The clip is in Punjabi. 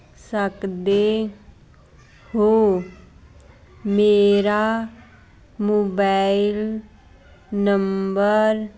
ਸਕਦੇ ਹੋ ਮੇਰਾ ਮੋਬਾਇਲ ਨੰਬਰ